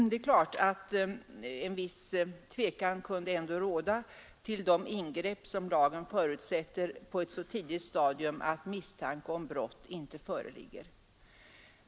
Det är klart att en viss tvekan ändå kunde råda i vad gäller de åtgärder som lagen öppnar möjlighet till på ett så tidigt stadium att misstanke om brott inte föreligger.